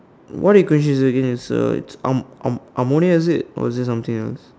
what equation is it again it's a am~ am~ ammonia is it or is it something else